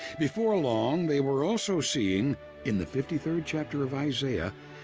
before long, they were also seeing in the fifty third chapter of isaiah.